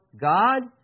God